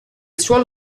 suolo